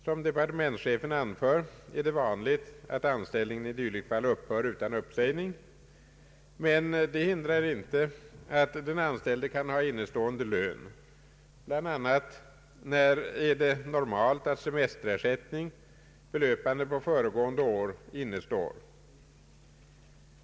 Som departementschefen anför är det vanligt, att anställningen i dylikt fall upphör utan uppsägning. Men det hindrar inte att den anställde kan ha innestående lön. Bland annat är det normalt att semesterersättning, belöpande på föregående år, innestår.